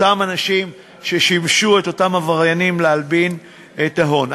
אנשים ששימשו את אותם עבריינים להלבין את ההון.